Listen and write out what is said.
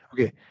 Okay